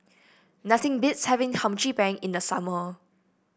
nothing beats having Hum Chim Peng in the summer